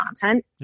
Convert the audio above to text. content